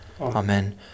Amen